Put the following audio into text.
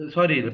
Sorry